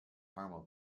caramel